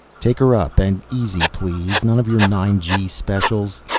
take her up and easy please. none of your nine-g specials.